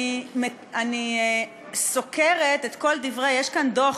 אני סוקרת את כל דברי, יש כאן דוח.